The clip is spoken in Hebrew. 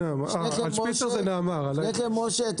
שניכם משה,